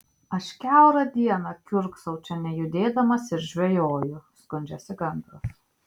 aš kiaurą dieną kiurksau čia nejudėdamas ir žvejoju skundžiasi gandras